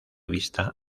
vista